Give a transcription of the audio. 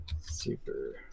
super